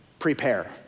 Prepare